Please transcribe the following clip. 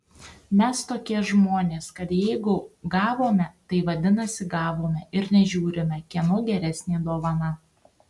mes tokie žmonės kad jeigu gavome tai vadinasi gavome ir nežiūrime kieno geresnė dovana